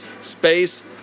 Space